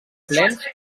plens